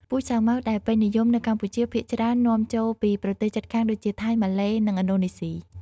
ពូជសាវម៉ាវដែលពេញនិយមនៅកម្ពុជាភាគច្រើននាំចូលពីប្រទេសជិតខាងដូចជា ថៃ ម៉ាឡេ និងឥណ្ឌូនេស៊ី។